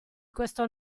questo